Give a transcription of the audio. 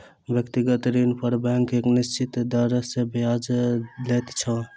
व्यक्तिगत ऋण पर बैंक एक निश्चित दर सॅ ब्याज लैत छै